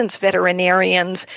veterinarians